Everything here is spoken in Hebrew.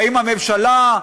האם הממשלה?